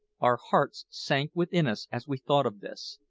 our hearts sank within us as we thought of this,